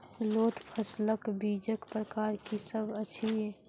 लोत फसलक बीजक प्रकार की सब अछि?